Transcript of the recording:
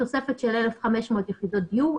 תוספת של 1,500 יחידות דיור,